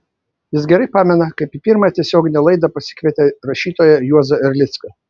jis gerai pamena kaip į pirmąją tiesioginę laidą pasikvietė rašytoją juozą erlicką